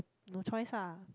no choice ah